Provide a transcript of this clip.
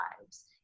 lives